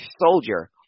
Soldier